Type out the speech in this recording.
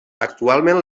actualment